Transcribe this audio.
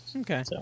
Okay